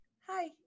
Hi